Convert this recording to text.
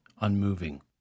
unmoving